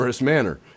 manner